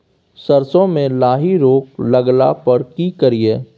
सरसो मे लाही रोग लगला पर की करिये?